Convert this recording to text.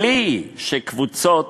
בלי שקבוצות